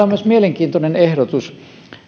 on myös mielenkiintoinen ehdotus